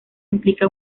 implica